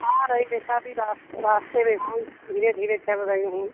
आ रही बेटा अभी रास रास्ते में हूँ धीरे धीरे चल रही हूँ